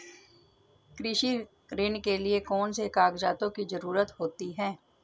कृषि ऋण के लिऐ कौन से कागजातों की जरूरत होती है?